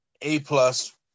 A-plus